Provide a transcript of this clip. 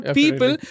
people